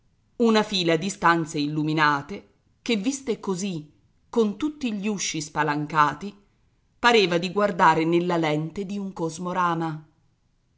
una fila di stanze illuminate che viste così con tutti gli usci spalancati pareva di guardare nella lente di un cosmorama